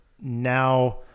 now